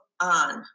on